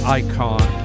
icon